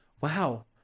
Wow